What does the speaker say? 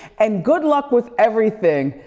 and good luck with everything.